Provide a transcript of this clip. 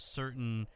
certain